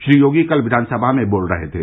श्री योगी कल विधानसभा में बोल रहे थे